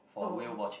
oh